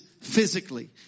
physically